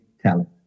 talent